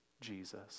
Jesus